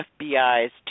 FBI's